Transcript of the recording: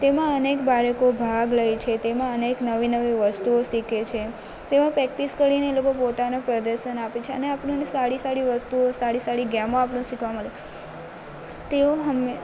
તેમાં અનેક બાળકો ભાગ લે છે તેમાં અનેક નવી નવી વસ્તુઓ શીખે છે તેમાં પેક્ટિસ કરીને લોકો પોતાનો પ્રદર્શન આપે છે અને આપણને સારી સારી વસ્તુઓ સારી સારી ગેમો આપણને શીખવા મળે તેઓ હંમે